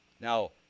Now